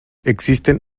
existen